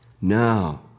Now